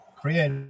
Create